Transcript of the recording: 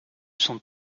sont